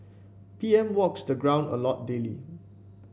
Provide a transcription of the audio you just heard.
P M walks the ground a lot daily